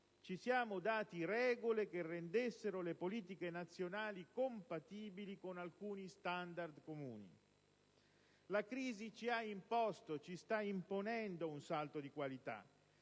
ci siamo dati regole che rendessero le politiche nazionali compatibili con alcuni standard comuni. La crisi ci ha imposto e ci sta imponendo un salto di qualità.